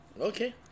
okay